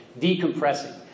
decompressing